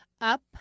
Up